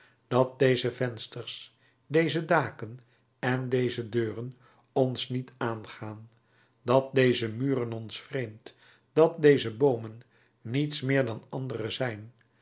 dat deze vensters deze daken en deze deuren ons niet aangaan dat deze muren ons vreemd dat deze boomen niets meer dan andere zijn